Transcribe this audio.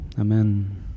amen